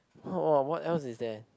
!woah! what else is that